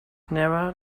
nara